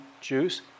juice